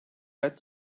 red